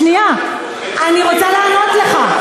שנייה, אני רוצה לענות לך.